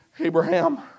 Abraham